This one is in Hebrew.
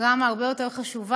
דרמה הרבה יותר חשובה.